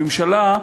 הממשלה,